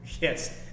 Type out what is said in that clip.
Yes